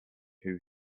who